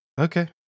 Okay